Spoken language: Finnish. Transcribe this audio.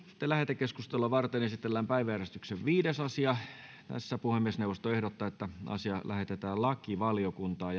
lähetekeskustelua varten esitellään päiväjärjestyksen viides asia puhemiesneuvosto ehdottaa että asia lähetetään lakivaliokuntaan